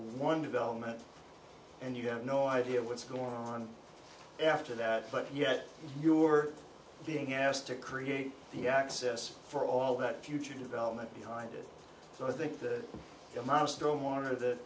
one development and you have no idea what's going on after that but yet you're being asked to create the access for all that future development behind it so i think th